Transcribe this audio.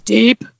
deep